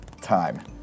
Time